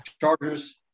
Chargers